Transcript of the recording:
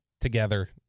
Together